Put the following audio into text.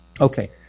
Okay